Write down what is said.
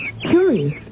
curious